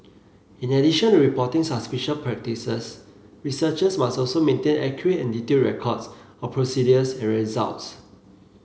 in addition to reporting suspicious practices researchers must also maintain accurate and detailed records of procedures and results